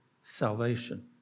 salvation